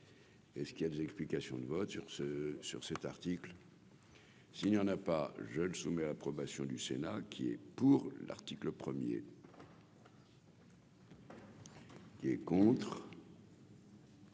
est ce qu'il y a des explications de vote sur ce sur cet article. S'il y en a pas jeune soumis à l'approbation du Sénat qui est pour l'article 1er. Qui est contre.